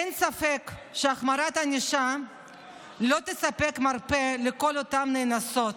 אין ספק שהחמרת ענישה לא תספק מרפא לכל אותן נאנסות,